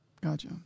Gotcha